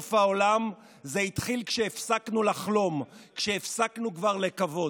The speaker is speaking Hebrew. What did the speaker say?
סוף העולם / זה התחיל כשהפסקנו לחלום / כשהפסקנו כבר לקוות".